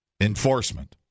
enforcement